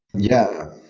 yeah.